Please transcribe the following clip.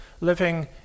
living